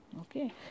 Okay